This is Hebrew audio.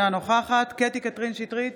אינה נוכחת קטי קטרין שטרית,